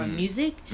music